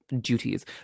duties